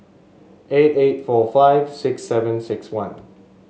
eight eight four five six seven six one